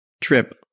trip